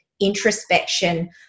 introspection